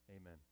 Amen